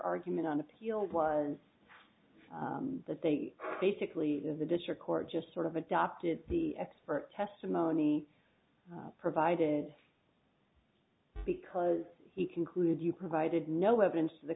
argument on appeal was that they basically in the district court just sort of adopted the expert testimony provided because he concluded you provided no evidence t